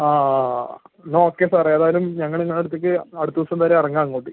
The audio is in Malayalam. ആ ആ ആ ആ എന്നാൽ ഓക്കെ സാറേ ഏതായാലും ഞങ്ങൾ നിങ്ങളെ അടുത്തേക്ക് അടുത്ത ദിവസം വരെ ഇറങ്ങാം അങ്ങോട്ട്